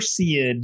Perseid